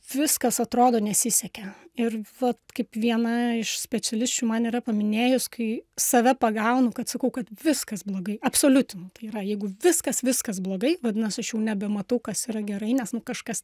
viskas atrodo nesisekė ir vat kaip viena iš specialisčių man yra paminėjus kai save pagaunu kad sakau kad viskas blogai absoliutinu tai yra jeigu viskas viskas blogai vadinasi aš jau nebematau kas yra gerai nes nu kažkas